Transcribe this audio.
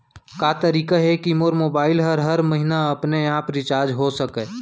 का तरीका हे कि मोर मोबाइल ह हर महीना अपने आप रिचार्ज हो सकय?